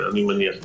אני מניח,